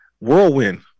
whirlwind